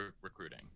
recruiting